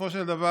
בסופו של דבר,